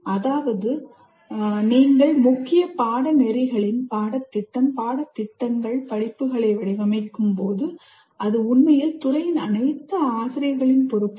அதாவது நீங்கள் முக்கிய பாடநெறிகளின் பாடத்திட்டம் பாடத்திட்டங்கள் படிப்புகளை வடிவமைக்கும்போது அது உண்மையில் துறையின் அனைத்து ஆசிரியர்களின் பொறுப்பாகும்